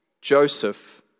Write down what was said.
Joseph